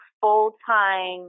full-time